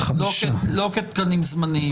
חמישה תקנים,